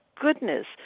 goodness